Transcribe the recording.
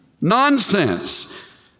Nonsense